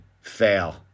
fail